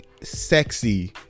sexy